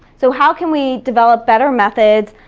so how can we develop better methods,